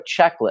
checklist